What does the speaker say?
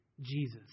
Jesus